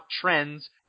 trends